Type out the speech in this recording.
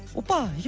oppa, yeah